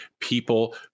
people